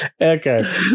Okay